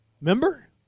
Remember